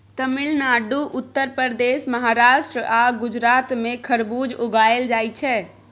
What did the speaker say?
तमिलनाडु, उत्तर प्रदेश, महाराष्ट्र आ गुजरात मे खरबुज उगाएल जाइ छै